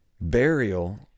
Burial